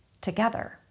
together